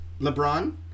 LeBron